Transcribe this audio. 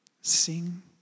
Sing